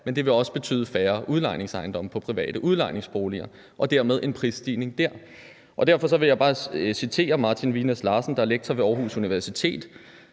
men det vil også betyde færre udlejningsejendomme og private udlejningsboliger og dermed en prisstigning der. Derfor vil jeg bare citere Martin Vinæs Larsen, der er lektor ved Aarhus Universitet,